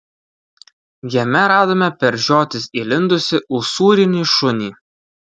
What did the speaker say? jame radome per žiotis įlindusį usūrinį šunį